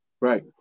Right